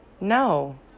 No